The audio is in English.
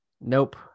Nope